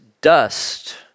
dust